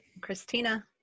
Christina